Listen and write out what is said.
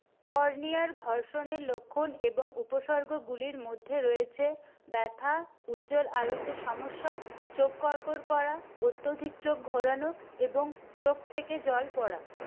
কর্নিয়ার ঘর্ষণের লক্ষণ এবং উপসর্গগুলির মধ্যে রয়েছে ব্যথা উজ্জ্বল আলোতে সমস্যা চোখ করকর করা অত্যধিক চোখ ঘোরানো এবং চোখ থেকে জল পড়া